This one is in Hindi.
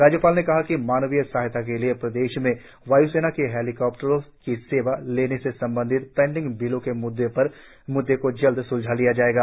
राज्यपाल ने कहा कि मानवीय सहायता के लिए प्रदेश में वाय्सेना के हेलीकॉप्टरों की सेवा लेने से संबंधित पेंडिंग बिलों के मुद्दों को जल्द स्लझा लिया जाएगा